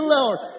Lord